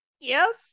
Yes